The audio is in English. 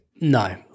No